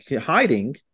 hiding